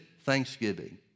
thanksgiving